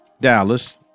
Dallas